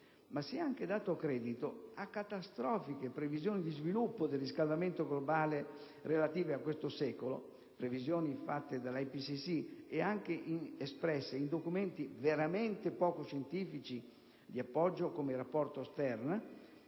ma si è anche dato credito a catastrofiche previsioni di sviluppo del riscaldamento globale relative a questo secolo (previsioni fatte dall'IPCC e anche espresse in documenti veramente poco scientifici di appoggio, come il Rapporto Stern)